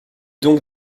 donc